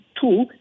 Two